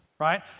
right